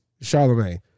Charlemagne